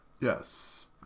Yes